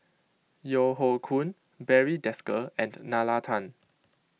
Yeo Hoe Koon Barry Desker and Nalla Tan